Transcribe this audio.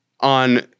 on